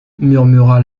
murmura